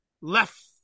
left